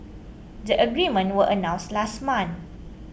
the agreement was announced last month